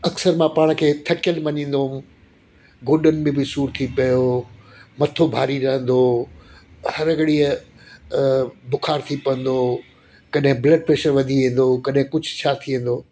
अक़्सरु मां पाण खे थकियल मञिदो हो गोॾनि में बि सूरु थी पियो मथो भारी रहंदो हर घड़ीअ अ बुखार थी पवंदो कॾहिं ब्लड प्रैशर वधी वेंदो कॾहिं कुझु छा थी वेंदो